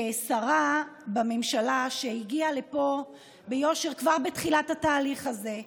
כשרה בממשלה שהגיעה לפה ביושר כבר בתחילת התהליך הזה,